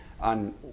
on